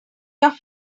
your